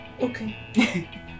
Okay